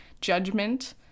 judgment